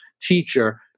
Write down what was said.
teacher